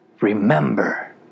remember